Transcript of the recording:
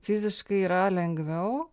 fiziškai yra lengviau